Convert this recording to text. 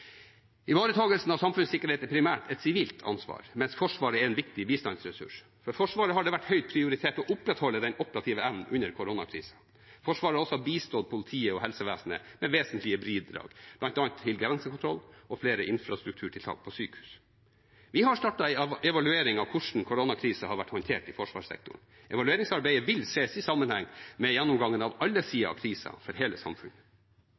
primært et sivilt ansvar, mens Forsvaret er en viktig bistandsressurs. For Forsvaret har det vært høyt prioritert å opprettholde den operative evnen under koronakrisa. Forsvaret har også bistått politi og helsevesen med vesentlige bidrag, bl.a. til grensekontroll og flere infrastrukturtiltak på sykehus. Vi har startet en evaluering av hvordan koronakrisa har vært håndtert i forsvarssektoren. Evalueringsarbeidet vil ses i sammenheng med gjennomgangen av alle sider av krisa for hele samfunnet.